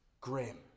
Grim